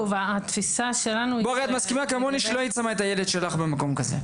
הרי את מסכימה כמוני שלא היית שמה את הילד שלך במקום כזה.